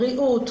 בריאות,